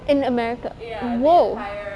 in america !wow!